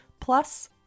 plus